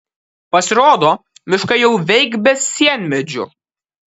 pasirodo miškai jau veik be sienmedžių